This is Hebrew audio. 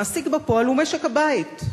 המעסיק בפועל הוא משק הבית,